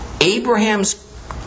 Abraham's